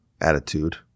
attitude